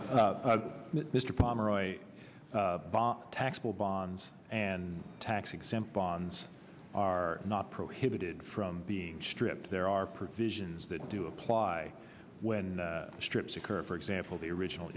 pomeroy taxable bonds and tax exempt bonds are not prohibited from being stripped there are provisions that do apply when the strips occur for example the original